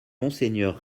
monseigneur